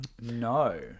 No